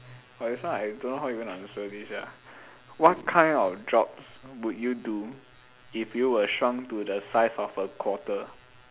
!wah! this one I don't know how even answer this sia what kind of jobs will you do if you were shrunk to the size of a quarter